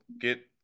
get